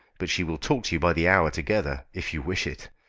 but she will talk to you by the hour together, if you wish it.